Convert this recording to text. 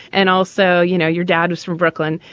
and also, you know, your dad was from brooklyn.